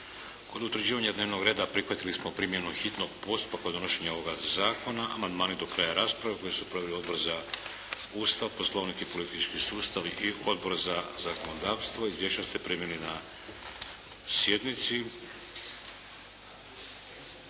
Kod utvrđivanja dnevnog reda prihvatili smo primjenu hitnog postupka kod donošenja ovoga zakona. Amandmani do kraja rasprave koju su proveli Odbor za Ustav, Poslovnik i politički sustav i Odbor za zakonodavstvo. Izvješća ste primili na sjednici.